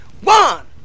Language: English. One